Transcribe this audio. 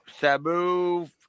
Sabu